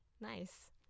nice